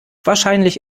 wahrscheinlich